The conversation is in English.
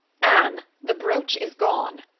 anne, the brooch is gone.